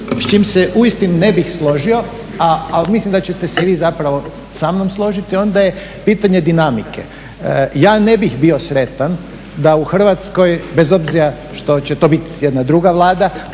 s čim se uistinu ne bih složio, ali mislim da ćete se i vi zapravo sa mnom složiti, onda je pitanje dinamike. Ja ne bih bio sretan da u Hrvatskoj, bez obzira što će to biti jedna druga Vlada,